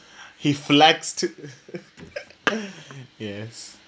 he flexed it yes